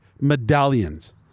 medallions